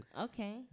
Okay